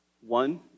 One